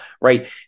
right